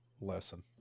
lesson